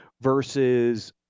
versus